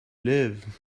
live